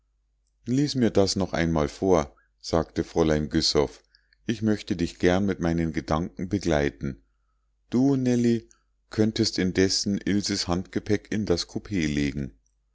lies mir das noch einmal vor sagte fräulein güssow ich möchte dich gern mit meinen gedanken begleiten du nellie könntest indessen ilses handgepäck in das koupee legen